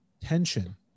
tension